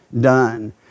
done